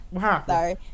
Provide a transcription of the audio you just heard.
Sorry